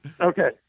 Okay